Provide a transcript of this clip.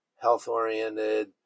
health-oriented